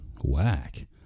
whack